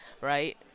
Right